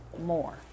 more